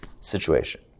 situation